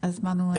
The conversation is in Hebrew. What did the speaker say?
אז באנו.